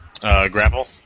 Grapple